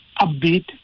upbeat